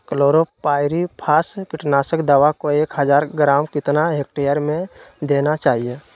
Chlorpyrifos कीटनाशक दवा को एक हज़ार ग्राम कितना हेक्टेयर में देना चाहिए?